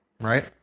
Right